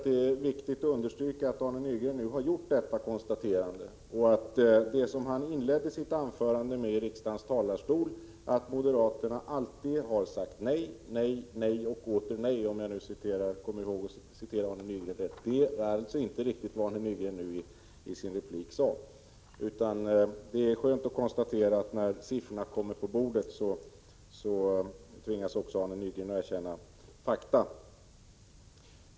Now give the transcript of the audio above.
Det är viktigt att understryka att Arne Nygren nu har gjort detta konstaterande och att det som han inledde sitt anförande med i riksdagens talarstol — att moderaterna alltid har sagt nej, nej och åter nej, om jag nu citerar Arne Nygren rätt — alltså inte är detsamma som vad Arne Nygren nu sade i sin replik. Det är skönt att konstatera att när siffrorna kommer på bordet så tvingas också Arne Nygren att erkänna fakta.